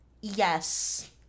Yes